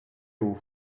aux